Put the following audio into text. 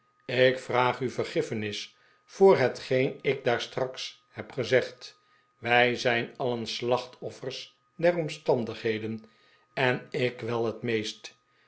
ik vraag u vergiffenis voor hetgeen ik daarstraks heb ge zegd wij zijn alien slachtoffers der omstandigheden en ik wel het meest